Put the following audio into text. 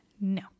No